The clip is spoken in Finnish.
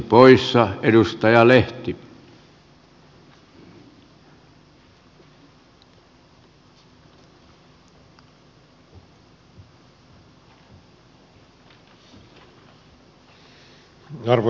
arvoisa herra puhemies